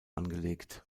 angelegt